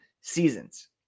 seasons